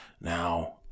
now